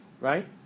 Right